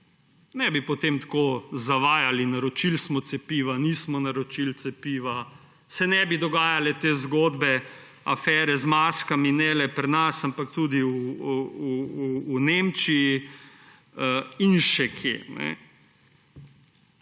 ne bi potem tako zavajali, »naročili smo cepiva, nismo naročili cepiv«, ne bi se dogajale te zgodbe, afere z maskami, ne le pri nas, ampak tudi v Nemčiji in še kje.